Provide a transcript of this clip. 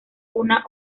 una